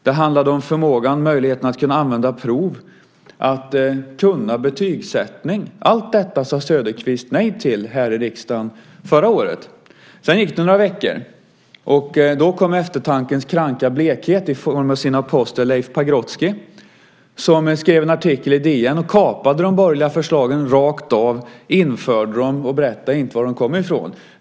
Det handlade om förmågan att använda prov och att betygsätta. Allt detta sade Söderqvist nej till här i riksdagen förra året. Sedan gick det några veckor. Då kom eftertankens kranka blekhet i form av hans apostel Leif Pagrotsky som skrev en artikel i DN och kapade de borgerliga förslagen rakt av, införde dem, men berättade inte varifrån de kom.